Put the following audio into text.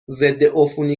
ضدعفونی